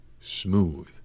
smooth